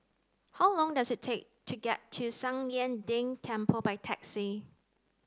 how long does it take to get to San Lian Deng Temple by taxi